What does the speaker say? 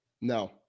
No